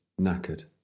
Knackered